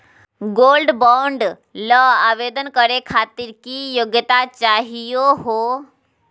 Gold bond ल आवेदन करे खातीर की योग्यता चाहियो हो?